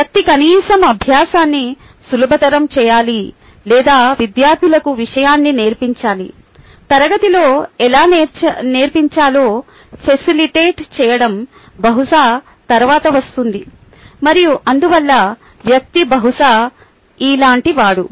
వ్యక్తి కనీసం అభ్యాసాన్ని సులభతరం చేయాలి లేదా విద్యార్ధులకి విషయాన్ని నేర్పించాలి తరగతిలో ఎలా నేర్పించాలో ఫసిలిటేట్ చేయడం బహుశా తరువాత వస్తుంది మరియు అందువల్ల వ్యక్తి బహుశా ఇలాంటివాడు